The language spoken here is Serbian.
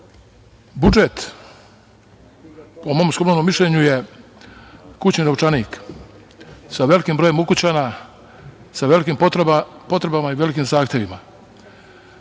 SNS.Budžet po mom skromnom mišljenju je kućni novčanik sa velikim brojem ukućana, sa velikim potrebama i velikim zahtevima.